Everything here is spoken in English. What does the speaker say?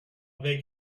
beg